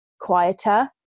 quieter